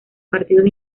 partidos